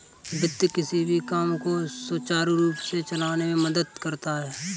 वित्त किसी भी काम को सुचारू रूप से चलाने में मदद करता है